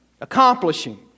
Accomplishing